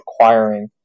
acquiring